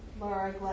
Laura